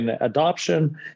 adoption